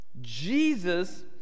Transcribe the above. Jesus